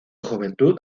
juventud